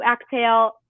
exhale